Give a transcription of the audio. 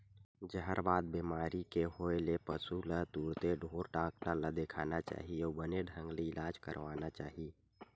जहरबाद बेमारी के होय ले पसु ल तुरते ढ़ोर डॉक्टर ल देखाना चाही अउ बने ढंग ले इलाज करवाना चाही